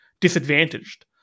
disadvantaged